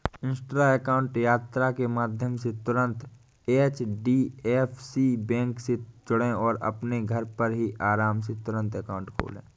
Insta account यात्रा के माध्यम से तुरंत एच.डी.एफ.सी बैंक से जुड़ें और अपने घर पर ही आराम से तुरंत अकाउंट खोले